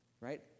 right